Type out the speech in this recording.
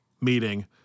meeting